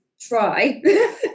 try